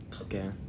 Okay